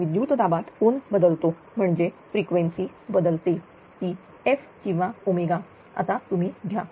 आणि विद्युत दाबात कोन बदलतो म्हणजे फ्रिक्वेन्सी बदलते ती f किंवा आता तुम्ही घ्या